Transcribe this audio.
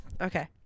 Okay